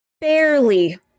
barely